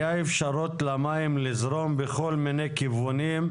הייתה אפשרות למים לזרום בכל מיני כיוונים,